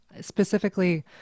Specifically